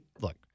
look